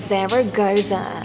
Zaragoza